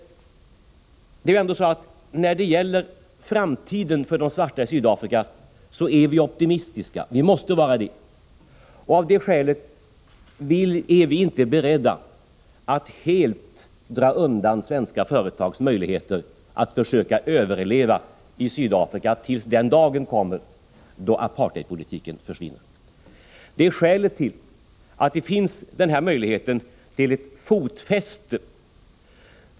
När det gäller framtiden för de svarta i Sydafrika är vi optimistiska — och det måste vi vara. Av det skälet är vi inte beredda att helt dra undan svenska företags möjligheter att försöka överleva i Sydafrika tills den dagen kommer då apartheidpolitiken försvinner. Det är skälet till att den här möjligheten till fotfäste finns.